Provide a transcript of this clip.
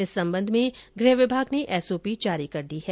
इस संबंध में गृह विभाग ने एसओपी जारी कर दी है